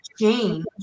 change